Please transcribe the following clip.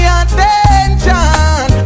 attention